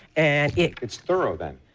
and it it's thorough, then?